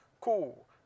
cool